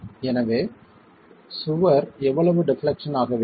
எனவே சுவர் எவ்வளவு டெப்லெக்சன் ஆக வேண்டும்